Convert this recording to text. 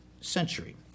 century